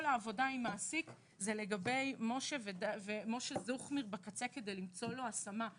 כל עבודה עם מעסיק זה לגבי משה זוכמיר בקצה כדי לשמור לו השמה.